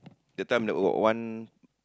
that time they got one